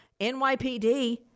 NYPD